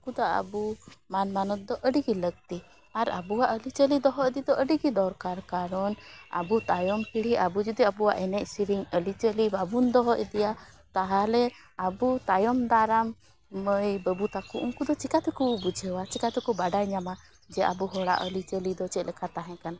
ᱩᱝᱠᱩᱫᱚ ᱟᱵᱚ ᱢᱟᱱ ᱢᱟᱱᱚᱛ ᱫᱚ ᱟᱹᱰᱤᱜᱤ ᱞᱟᱹᱠᱛᱤ ᱟᱨ ᱟᱵᱚᱣᱟᱜ ᱟᱹᱨᱤᱪᱟᱹᱞᱤ ᱫᱚᱦᱚ ᱤᱫᱤᱫᱚ ᱟᱹᱰᱤᱜᱤ ᱫᱚᱨᱠᱟᱨ ᱠᱟᱨᱚᱱ ᱟᱵᱚ ᱛᱟᱭᱚᱢ ᱯᱤᱲᱦᱤ ᱟᱵᱩ ᱡᱩᱫᱤ ᱟᱵᱚᱣᱟᱜ ᱮᱱᱮᱡ ᱥᱤᱨᱤᱧ ᱟᱹᱨᱤᱪᱟᱹᱞᱤ ᱵᱟᱵᱚᱱ ᱫᱚᱦᱚ ᱤᱫᱤᱭᱟ ᱛᱟᱦᱟᱞᱮ ᱟᱵᱚ ᱛᱟᱭᱚᱢ ᱫᱟᱨᱟᱢ ᱢᱟᱹᱭ ᱵᱟᱹᱵᱩ ᱛᱟᱠᱚ ᱩᱝᱠᱩᱫᱚ ᱪᱮᱠᱟᱛᱮᱠᱚ ᱵᱩᱡᱷᱟᱹᱣᱟ ᱪᱮᱠᱟᱛᱮᱠᱚ ᱵᱟᱰᱟᱭ ᱧᱟᱢᱟ ᱡᱮ ᱟᱵᱚ ᱦᱚᱲᱟᱜ ᱟᱹᱨᱤᱪᱟᱹᱞᱤ ᱫᱚ ᱪᱮᱫᱞᱮᱠᱟ ᱛᱟᱦᱮᱸᱠᱟᱱᱟ